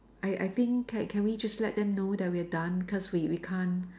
I I think can can we just let them know that we are done cause we we can't